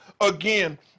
again